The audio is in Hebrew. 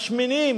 השמנים.